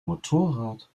motorrad